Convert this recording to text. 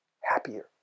happier